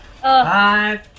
five